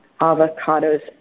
Avocados